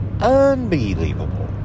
Unbelievable